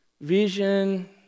vision